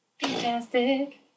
Fantastic